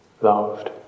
loved